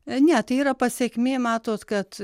ne tai yra pasekmė matos kad